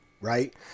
right